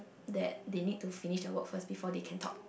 that they need to finish their work first before they can talk